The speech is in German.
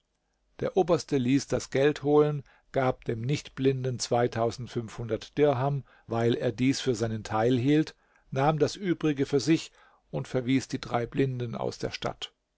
der oberste ließ das geld holen gab dem nichtblinden dirham weil er dies für seinen teil hielt nahm das übrige für sich und verwies die drei blinden aus der stadt